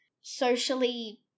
socially